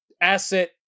asset